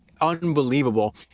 unbelievable